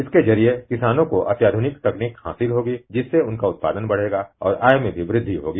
इसके जरिए किसानों को अत्यधुनिक तकनीकीहासिल होगी जिससे उनका उत्पादन बढ़ेगा और आय में वृद्धि होगी